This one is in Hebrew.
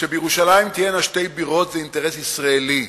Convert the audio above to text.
שבירושלים תהיינה שתי בירות זה אינטרס ישראלי,